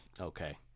Okay